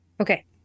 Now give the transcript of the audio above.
Okay